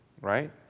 right